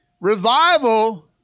revival